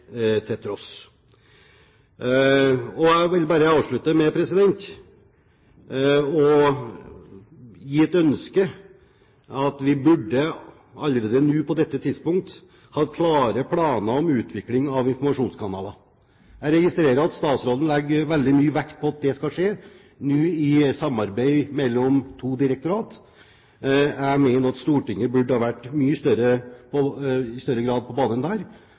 til tross. Jeg vil avslutte med et ønske: Vi burde allerede nå, på dette tidspunkt, hatt klare planer om utvikling av informasjonskanaler. Jeg registrerer at statsråden legger veldig mye vekt på at det nå skal skje i samarbeid mellom to direktorat. Jeg mener at Stortinget i mye større grad burde ha vært på banen der,